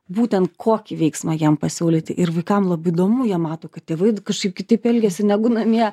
būtent kokį veiksmą jiem pasiūlyti ir vaikam labai įdomu jie mato kad tėvai kažkaip kitaip elgiasi negu namie